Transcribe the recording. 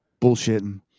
bullshitting